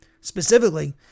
specifically